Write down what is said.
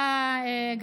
הממשלה תומכת.